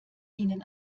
ihnen